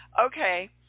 Okay